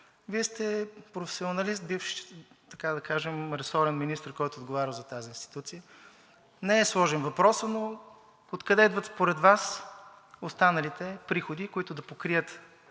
Вие сте професионалист, бивш ресорен министър, който е отговарял за тази институция, не е сложен въпросът, но откъде идват според Вас останалите приходи, които да покрият